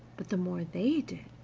but, the more they did,